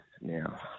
now